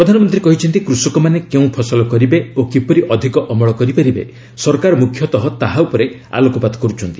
ପ୍ରଧାନମନ୍ତ୍ରୀ କହିଛନ୍ତି କୃଷକମାନେ କେଉଁ ଫସଲ କରିବେ ଓ କିପରି ଅଧିକ ଅମଳ କରିପାରିବେ ସରକାର ମୁଖ୍ୟତଃ ତାହା ଉପରେ ଆଲୋକପାତ କରୁଛନ୍ତି